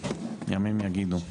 ימים יגידו.